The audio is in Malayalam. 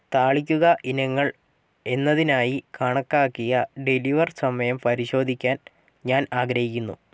താളിക്കുക ഇനങ്ങൾ എന്നതിനായി കണക്കാക്കിയ ഡെലിവർ സമയം പരിശോധിക്കാൻ ഞാൻ ആഗ്രഹിക്കുന്നു